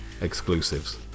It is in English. exclusives